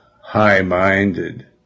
high-minded